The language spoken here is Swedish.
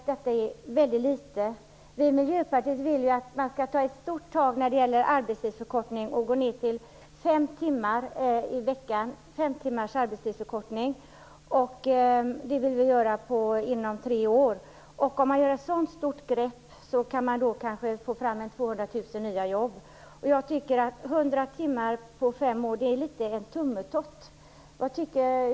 Det är väldigt litet. Vi i Miljöpartiet vill ju att man skall ta ett stort steg när det gäller arbetstidsförkortningen och förkorta arbetstiden med fem timmar i veckan. Det vill vi göra inom tre år. Om man gör ett så stort ingrepp kan man kanske få fram 200 000 nya jobb. 100 timmar på fem år är litet av en tummetott.